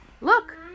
Look